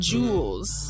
Jewels